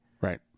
right